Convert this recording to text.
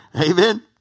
Amen